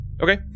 Okay